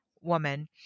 woman